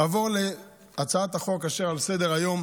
נעבור להצעת החוק אשר על סדר-היום,